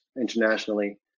internationally